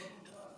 מאוד מוטרד.